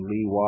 Lee